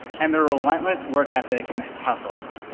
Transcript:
and their relentless work ethic and hustle.